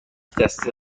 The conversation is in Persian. دسته